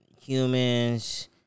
Humans